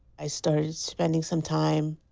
i started spending some time.